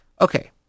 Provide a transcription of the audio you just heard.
Okay